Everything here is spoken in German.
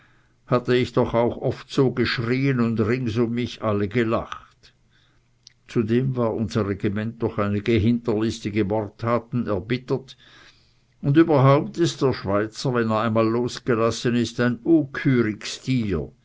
hatte ich doch auch oft so geschrieen und rings um mich alle gelacht zudem war unser regiment durch einige hinterlistige mordtaten erbittert und überhaupt ist der schweizer wenn er einmal losgelassen ist ein